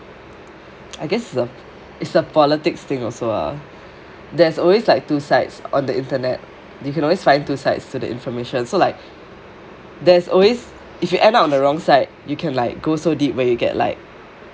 I guess is a is a politics things also lah there is always like two sides on the internet you can always find two sides to the information so like there is always if you end on the wrong side you can like go so deep where you get like